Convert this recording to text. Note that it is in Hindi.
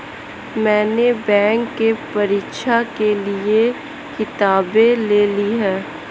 मैने बैंक के परीक्षा के लिऐ किताबें ले ली हैं